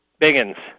Biggins